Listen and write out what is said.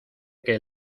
que